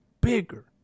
bigger